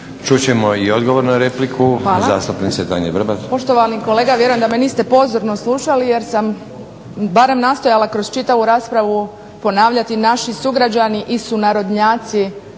Vrbat. **Vrbat Grgić, Tanja (SDP)** Hvala. Poštovani kolega vjerujem da me niste pozorno slušali jer sam barem nastojala kroz čitavu raspravu ponavljati naši sugrađani i sunarodnjaci